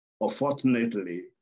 Unfortunately